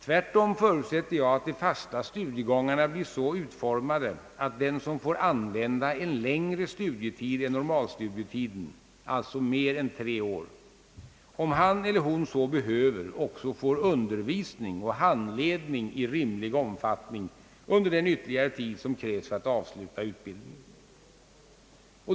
Tvärtom förutsätter jag att de fasta studiegångarna blir så utformade, att den som får använda längre studietid än normalstudietiden — alltså mer än tre år — i mån av behov också får undervisning och handledning i rimlig omfattning under den ytterligare tid, som krävs för att avsluta utbildningen.